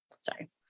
sorry